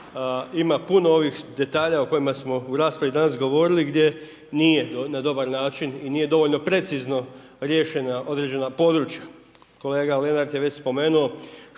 ima puno ovih detalja o kojima smo u raspravi danas govorili gdje nije na dobar način i nije dovoljno precizno riješena određena područja. Kolega Lenart je već spomenuo